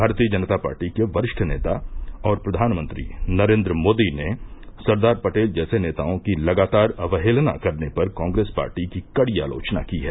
भारतीय जनता पार्टी के वरिष्ठ नेता और प्रधानमंत्री नरेन्द्र मोदी ने सरदार पटेल जैसे नेताओं की लगातार अवहेलना करने पर कांग्रेस पार्टी की कड़ी आलोचना की है